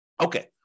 Okay